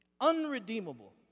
unredeemable